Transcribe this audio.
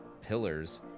pillars